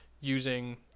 using